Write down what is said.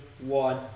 one